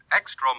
Extra